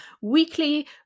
weekly